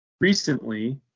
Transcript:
recently